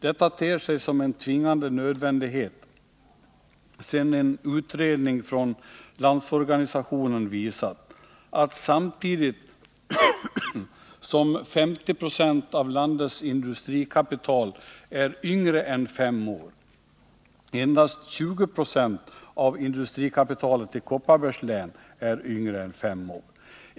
Detta ter sig som en tvingande nödvändighet, sedan en utredning från Landsorganisationen visat att, samtidigt som 50 96 av landets industrikapital är yngre än fem år, endast 20 Yo av industrikapitalet i Kopparbergs län är yngre än fem år.